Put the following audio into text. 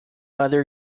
other